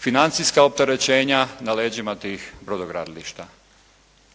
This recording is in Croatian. financijska opterećenja na leđima tih brodogradilišta.